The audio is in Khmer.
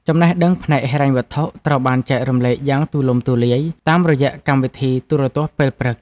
ចំណេះដឹងផ្នែកហិរញ្ញវត្ថុត្រូវបានចែករំលែកយ៉ាងទូលំទូលាយតាមរយៈកម្មវិធីទូរទស្សន៍ពេលព្រឹក។